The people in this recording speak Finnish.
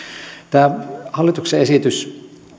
tämä hallituksen esitys